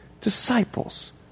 disciples